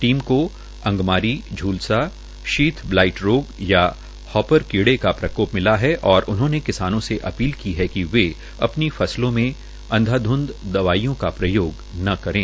team को अंगमारी झूलसा शीथ बलाहट रोग या हायर कीड़े का प्रकोप मिला है और उन्होंने किसानों से अपीली की है कि वे अपनी फसलों में अंधाधंध दवाईयां का प्रयोग न करें